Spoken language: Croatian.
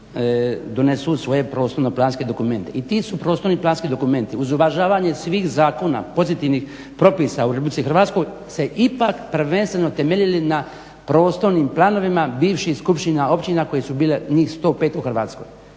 I ti su prostorno-planski dokumenti uz uvažavanje svih zakona, pozitivnih propisa u RH se ipak prvenstveno temeljili na prostornim planovima bivših skupština općina koje su bile njih 105 u Hrvatskoj.